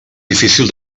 difícil